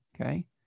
Okay